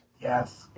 yes